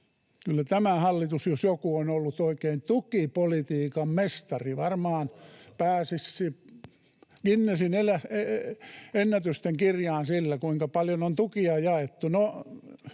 Kyllä tämä hallitus jos joku on ollut oikein tukipolitiikan mestari. Varmaan pääsisi Guinnessin Ennätysten kirjaan sillä, kuinka paljon on tukia jaettu.